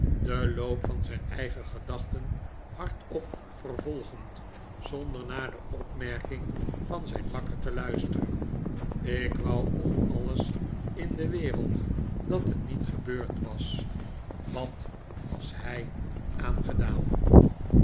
den loop van zijn eigen gedachten hardop vervolgend zonder naar de opmerking van zijn makker te luisteren ik wou om alles in de wereld dat het niet gebeurd was wat was hij aangedaan